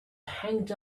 hanged